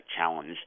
challenge